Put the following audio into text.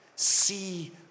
see